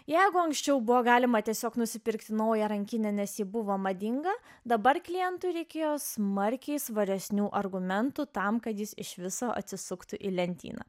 jeigu anksčiau buvo galima tiesiog nusipirkti naują rankinę nes ji buvo madinga dabar klientui reikėjo smarkiai svaresnių argumentų tam kad jis iš viso atsisuktų į lentyną